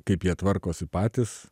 kaip jie tvarkosi patys